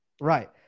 Right